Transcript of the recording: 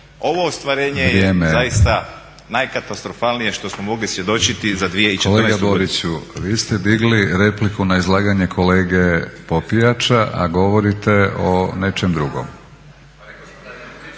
ovo ostvarenje je zaista najkatastrofalnije što smo mogli svjedočiti za 2014.